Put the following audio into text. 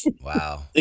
Wow